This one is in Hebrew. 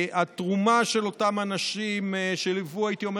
התרומה של אותם אנשים שליוו, הייתי אומר